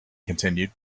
continued